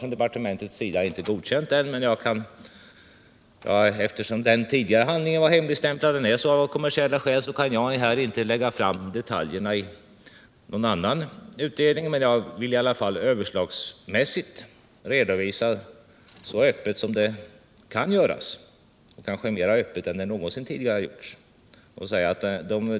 Från departementetets sida har vi inte godkänt den, men eftersom den tidigare handlingen var hemligstämplad, vilket har skett av kommersiella skäl, kan jag här inte lägga fram några detaljer i någon annan utredning. Jag villi alla fall överslagsmässigt redovisa underlaget så öppet som det kan göras och kanske mera öppet än det någonsin tidigare har gjorts.